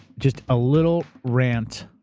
just a little rant,